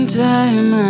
time